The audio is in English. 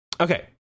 Okay